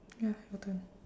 ya your turn